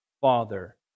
father